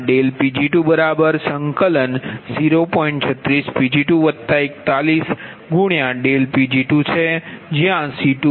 36Pg232Pg2 છે જ્યા C20